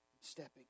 stepping